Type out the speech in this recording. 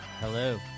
Hello